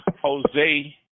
Jose